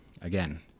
again